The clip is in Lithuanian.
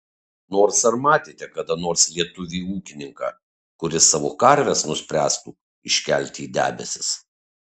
nors ar matėte kada nors lietuvį ūkininką kuris savo karves nuspręstų iškelti į debesis